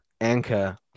anchor